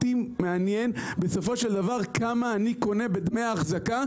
אותי מעניין בסופו של דבר כמה אני קונה בדמי האחזקה,